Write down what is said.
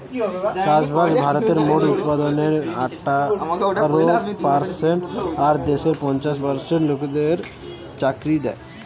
চাষবাস ভারতের মোট উৎপাদনের আঠারো পারসেন্ট আর দেশের পঞ্চাশ পার্সেন্ট লোকদের চাকরি দ্যায়